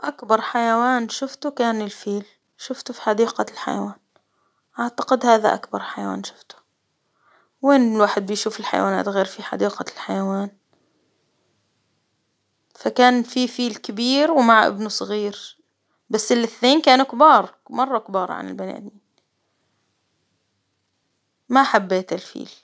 أكبر حيوان شفته كان الفيل، شفته في حديقة الحيوان، أعتقد هذا أكبر حيوان شفته، وين الواحد يشوف الحيوانات غير في حديقة الحيوان؟ فكان في فيل كبير ومع ابنه صغير، بس الإثنين كانوا كبار مرة عن البني آدمين، ما حبيت الفيل.